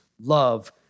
Love